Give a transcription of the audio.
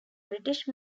british